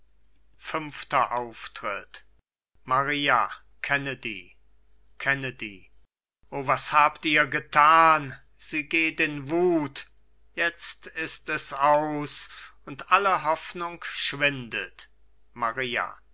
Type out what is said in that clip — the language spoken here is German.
höchsten bestürzung maria kennedy kennedy o was habt ihr getan sie geht in wut jetzt ist es aus und alle hoffnung schwindet maria